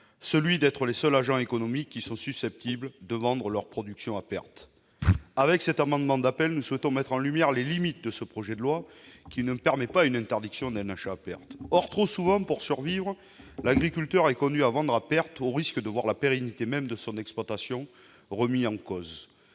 sont les seuls agents économiques susceptibles de vendre leur production à perte. Avec cet amendement d'appel, nous souhaitons mettre en lumière les limites du projet de loi, qui ne permet pas l'interdiction d'un achat à perte. Or trop souvent, pour survivre, l'agriculteur est conduit à vendre à perte, au risque de voir la pérennité même de son exploitation remise en cause.